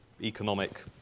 economic